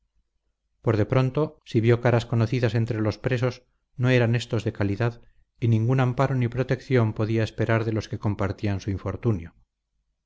por de pronto si vio caras conocidas entre los presos no eran éstos de calidad y ningún amparo ni protección podía esperar de los que compartían su infortunio